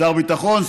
שר ביטחון,